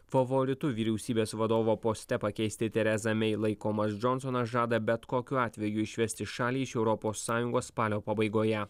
favoritu vyriausybės vadovo poste pakeisti terezą mei laikomas džonsonas žada bet kokiu atveju išvesti šalį iš europos sąjungos spalio pabaigoje